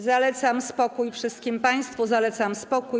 Zalecam spokój wszystkim państwu, zalecam spokój.